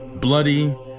bloody